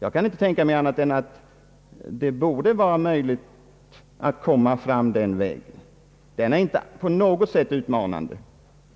Jag kan inte tänka mig annat än att det borde vara möjligt att komma fram den vägen. Den är inte på något sätt utmanande.